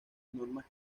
normas